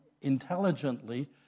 intelligently